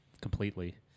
completely